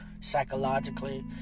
psychologically